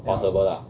possible lah